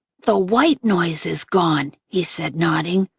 the white noise is gone, he said, nodding.